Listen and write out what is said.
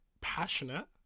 passionate